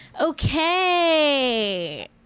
Okay